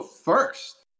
first